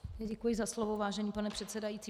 Děkuji za slovo, vážený pane předsedající.